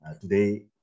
today